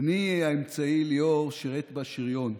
בני האמצעי ליאור שירת בשריון,